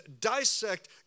dissect